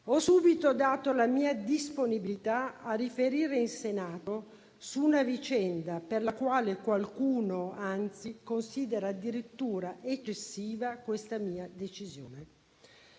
ho subito dato la mia disponibilità a riferire in Senato su una vicenda per la quale qualcuno, anzi, considera addirittura eccessiva questa mia decisione.